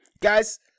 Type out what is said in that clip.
Guys